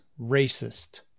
racist